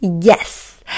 Yes